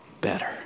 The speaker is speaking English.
better